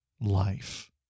Life